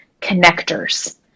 connectors